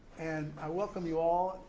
and i welcome you all.